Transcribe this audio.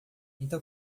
então